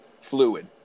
fluid